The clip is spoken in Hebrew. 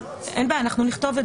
אין בעיה, אנחנו נכתוב את זה.